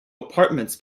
apartments